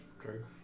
True